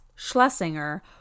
Schlesinger